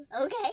Okay